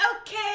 okay